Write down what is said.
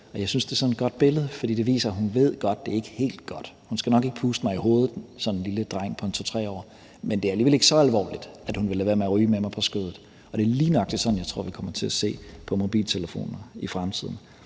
Jeg synes, det er sådan et godt billede, fordi det viser, at hun godt ved, at det ikke er helt godt. Hun skal nok ikke puste mig, sådan en lille dreng på 2-3 år, i hovedet, men det er alligevel ikke så alvorligt, at hun vil lade være med at ryge med mig på skødet. Det er lige nøjagtig sådan, jeg tror vi kommer til at se på mobiltelefoner i fremtiden.